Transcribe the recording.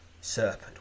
serpent